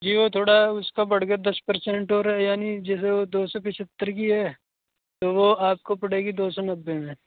جی وہ تھوڑا اس کا بڑھ کر دس پرسینٹ ہو رہا یعنی جیسے وہ دو سو پچہتر کی ہے تو وہ آپ کو پڑے گی دو سو نبے میں